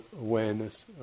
awareness